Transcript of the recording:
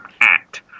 act